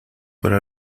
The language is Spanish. para